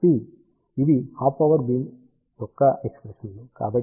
కాబట్టి ఇవి half power beam యొక్క ఎక్ష్ప్రెషన్లు